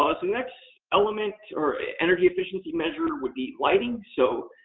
ah so, next element or energy efficiency measure would be lighting. so,